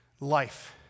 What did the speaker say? life